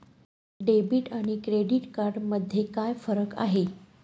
Debit आणि credit card मध्ये काय फरक आहे?